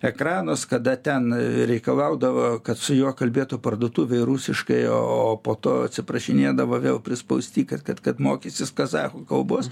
ekranus kada ten reikalaudavo kad su juo kalbėtų parduotuvėj rusiškai o po to atsiprašinėdavo vėl prispausti kad kad kad mokysis kazachų kalbos